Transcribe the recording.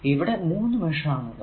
ഇവിടെ 3 മെഷ് ആണ് ഉള്ളത്